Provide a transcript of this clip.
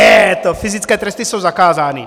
Ne, to fyzické tresty jsou zakázány.